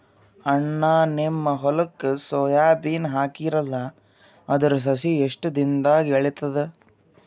ಅಣ್ಣಾ, ನಿಮ್ಮ ಹೊಲಕ್ಕ ಸೋಯ ಬೀನ ಹಾಕೀರಲಾ, ಅದರ ಸಸಿ ಎಷ್ಟ ದಿಂದಾಗ ಏಳತದ?